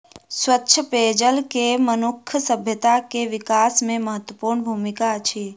स्वच्छ पेयजल के मनुखक सभ्यता के विकास में महत्वपूर्ण भूमिका अछि